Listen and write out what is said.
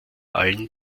allen